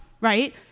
right